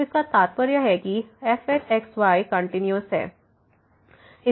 तो इसका तात्पर्य है कि fx y कंटिन्यूस है